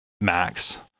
max